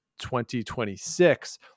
2026